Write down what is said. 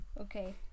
okay